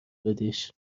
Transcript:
بدیش